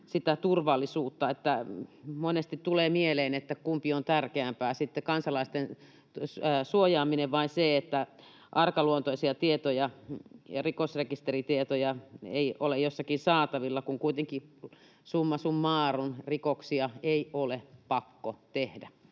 sitä turvallisuutta. Monesti tulee mieleen, että kumpi on tärkeämpää sitten: kansalaisten suojaaminen vai se, että arkaluontoisia tietoja ja rikosrekisteritietoja ei ole jossakin saatavilla, kun kuitenkin summa summarum rikoksia ei ole pakko tehdä.